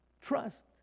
Trust